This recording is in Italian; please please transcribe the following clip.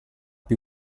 più